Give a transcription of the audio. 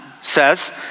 says